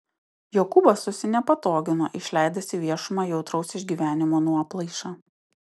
jokūbas susinepatogino išleidęs į viešumą jautraus išgyvenimo nuoplaišą